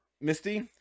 Misty